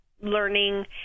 learning